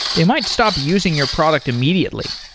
they might stop using your product immediately.